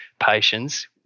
patients